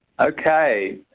Okay